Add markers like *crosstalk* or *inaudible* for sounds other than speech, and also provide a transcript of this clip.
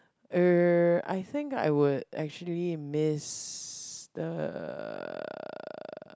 uh I think I would actually miss the *noise*